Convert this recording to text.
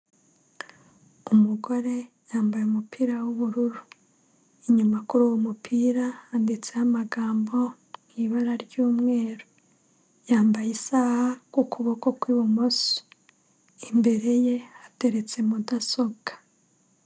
Umugore yambaye umupira w'ubururu. Inyuma kuri uwo mupira, handitseho amagambo mu ibara ry'mweru. Yambaye isaha ku kuboko kw'ibumoso. Imbere ye hateretse mudasobwa.